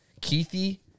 Keithy